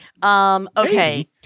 Okay